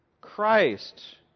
Christ